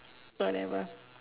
whatever